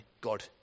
God